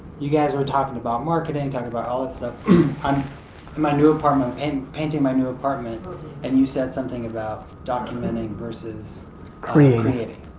you guys were talking about marketing, and talking about all that stuff um in my new apartment, and painting my new apartment and you said something about documenting versus creating. creating.